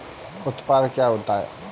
उत्पाद क्या होता है?